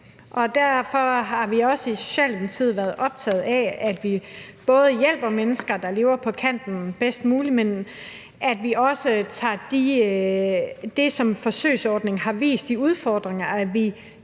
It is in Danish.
og derfor har vi også i Socialdemokratiet været optaget af, at vi både hjælper mennesker, der lever på kanten bedst muligt, men også at vi tager de udfordringer, som forsøgsordningen har vist, til efterretning. Vi